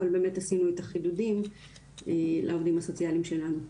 אבל באמת עשינו את החידודים לעובדים הסוציאליים שלנו.